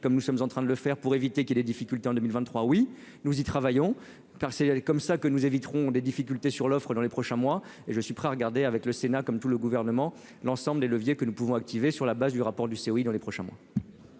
comme nous sommes en train de le faire pour éviter qu'il y ait des difficultés en 2023, oui, nous y travaillons, aller comme ça que nous éviterons des difficultés sur l'offre dans les prochains mois et je suis prêt à regarder avec le Sénat, comme tout le gouvernement, l'ensemble des leviers que nous pouvons activé sur la base du rapport du dans les prochains mois.